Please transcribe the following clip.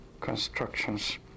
constructions